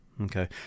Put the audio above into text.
Okay